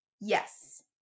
Yes